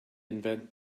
invent